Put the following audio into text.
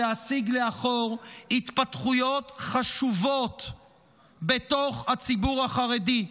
להסיג לאחור התפתחויות חשובות בתוך הציבור החרדי,